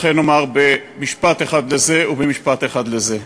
לכן אומר משפט אחד על זה ומשפט אחד על זה.